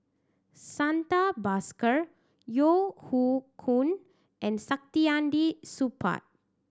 Santha Bhaskar Yeo Hoe Koon and Saktiandi Supaat